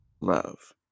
Love